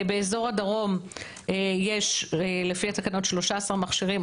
באזור הדרום יש לפי התקנות 13 מכשירים,